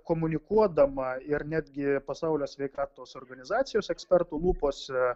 komunikuodama ir netgi pasaulio sveikatos organizacijos ekspertų lūpose